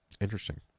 Interesting